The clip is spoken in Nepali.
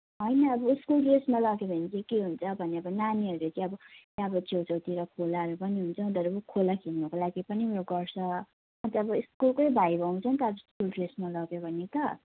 होइन अब स्कुल ड्रेसमा लग्यो भने चाहिँ के हुन्छ भने चाहिँ नानीहरूले चाहिँ अब छेउछाउतिर खोलाहरू पनि हुन्छ उनीहरू पनि खोला खेल्नको लागि पनि उयो गर्छ अन्त अब स्कुलकै भाइब आउँछ नि त स्कुल ड्रेसमा लग्यो भने त